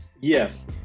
yes